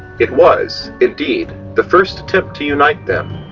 it was, indeed, the first attempt to unite them,